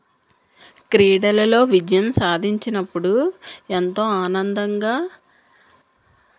క్రీడలలో విజయం సాధించినప్పుడు ఎంతో ఆనందంగా